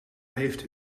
heeft